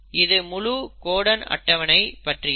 இது முழு கோடன் அட்டவனை பற்றியது